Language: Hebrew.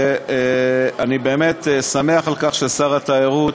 ואני באמת שמח על כך ששר התיירות